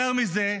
יותר מזה,